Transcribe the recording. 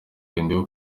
ndiho